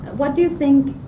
what do you think,